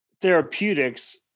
therapeutics